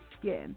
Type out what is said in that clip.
skin